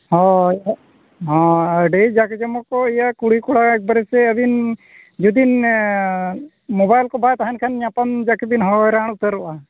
ᱦᱳᱭ ᱦᱚᱸ ᱟᱹᱰᱤ ᱡᱟᱠᱼᱡᱚᱢᱚᱠ ᱠᱚ ᱤᱭᱟᱹ ᱠᱩᱲᱤ ᱠᱚᱲᱟ ᱮᱠᱵᱟᱨᱮ ᱥᱮ ᱟᱹᱵᱤᱱ ᱡᱩᱫᱤᱢ ᱢᱳᱵᱟᱭᱤᱞ ᱠᱚ ᱵᱟᱭ ᱛᱟᱦᱮᱱ ᱠᱷᱟᱱ ᱧᱟᱯᱟᱢ ᱡᱟᱠᱮᱵᱤᱱ ᱦᱟᱭᱨᱟᱱ ᱩᱛᱟᱹᱨᱚᱜᱼᱟ